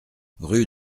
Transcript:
rue